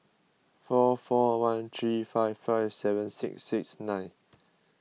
four four one three five five seven six six nine